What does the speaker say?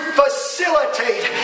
facilitate